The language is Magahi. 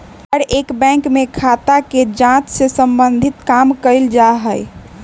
हर एक बैंक में खाता के जांच से सम्बन्धित काम कइल जा हई